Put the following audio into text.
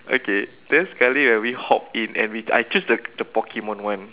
okay then sekali ah we hop in and we I choose the the Pokemon one